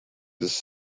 this